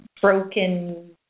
broken